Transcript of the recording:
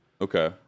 Okay